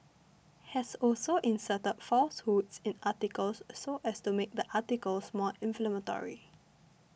has also inserted falsehoods in articles so as to make the articles more inflammatory